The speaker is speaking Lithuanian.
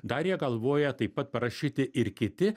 dar jie galvoja taip pat parašyti ir kiti